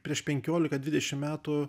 prieš penkiolika dvidešim metų